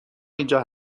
اینجا